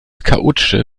chaotische